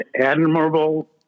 admirable